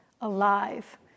alive